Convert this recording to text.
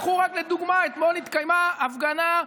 קחו רק לדוגמה: אתמול התקיימה הפגנה,